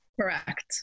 Correct